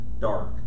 dark